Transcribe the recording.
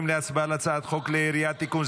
להצבעה על הצעת חוק כלי ירייה (תיקון,